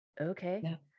Okay